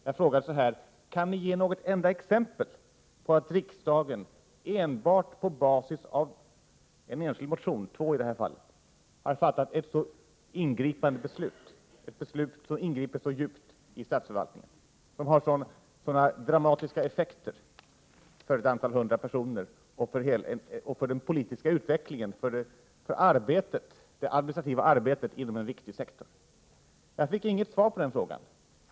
Jag frågade: Kan ni ge något enda exempel på att riksdagen enbart på basis av en enskild motion — två i detta fall — har fattat ett beslut som griper så djupt in i statsförvaltningen och som har sådana dramatiska effekter för ett antal hundra personer, för den politiska utvecklingen och för det administrativa arbetet inom en viktig sektor? Jag fick inget svar på den frågan.